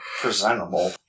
presentable